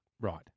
Right